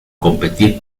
competir